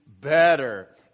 Better